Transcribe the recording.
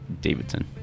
Davidson